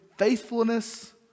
faithfulness